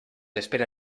espera